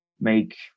make